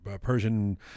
Persian